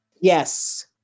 Yes